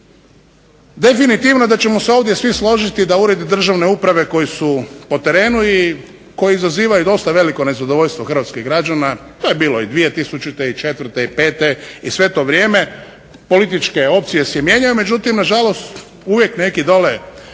definitivno je da ćemo se ovdje svi složiti da uredi državne uprave koji su po terenu i koji izazivaju dosta veliko nezadovoljstvo hrvatskih građana, to je bilo i 2004. i 2005. i sve to vrijeme političke opcije se mijenjaju, međutim nažalost uvijek neki dole pojedinci